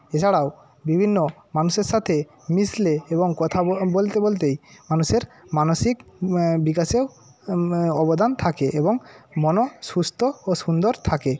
এছাড়াও বিভিন্ন মানুষের সাথে মিশলে এবং কথা বলতে বলতেই মানুষের মানসিক বিকাশেও অবদান থাকে এবং মনও সুস্থ ও সুন্দর থাকে